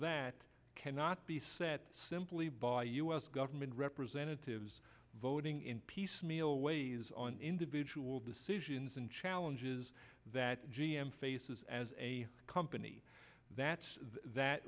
that cannot be set simply by u s government representatives voting in piecemeal ways on individual decisions and challenges that g m faces as a company that that